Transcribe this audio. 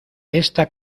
esta